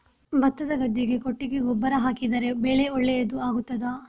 ಭತ್ತದ ಗದ್ದೆಗೆ ಕೊಟ್ಟಿಗೆ ಗೊಬ್ಬರ ಹಾಕಿದರೆ ಬೆಳೆ ಒಳ್ಳೆಯದು ಆಗುತ್ತದಾ?